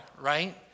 right